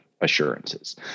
assurances